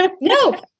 No